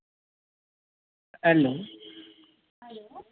hello